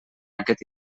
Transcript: aquest